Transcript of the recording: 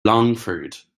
longford